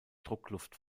druckluft